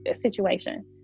situation